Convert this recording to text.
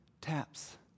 taps